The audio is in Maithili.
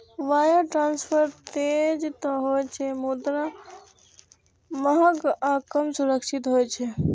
वायर ट्रांसफर तेज तं होइ छै, मुदा महग आ कम सुरक्षित होइ छै